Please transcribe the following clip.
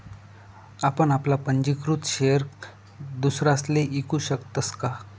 आपण आपला पंजीकृत शेयर दुसरासले ईकू शकतस का?